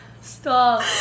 Stop